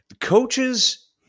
Coaches